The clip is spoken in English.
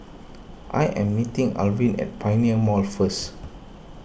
I am meeting Arvin at Pioneer Mall first